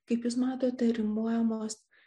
kaip jūs matote rimuojamos